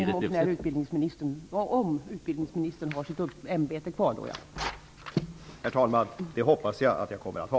Herr talman! Och om utbildningsministern har sitt ämbete kvar då.